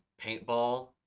paintball